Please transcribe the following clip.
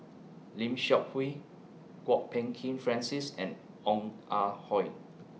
Lim Seok Hui Kwok Peng Kin Francis and Ong Ah Hoi